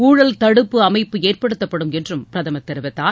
ஊழல் தடுப்பு அமைப்பு ஏற்படுத்தப்படும் என்றும் பிரதமர் தெரித்தார்